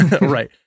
Right